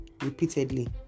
repeatedly